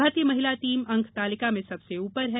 भारतीय महिला टीम अंक तालिका में सबसे उपर है